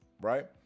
right